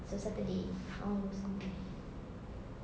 so saturday I want to go somewhere